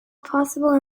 possible